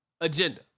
agenda